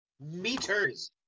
meters